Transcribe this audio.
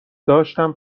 داشتم